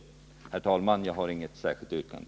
Herr talman! Jag har inget särskilt yrkande.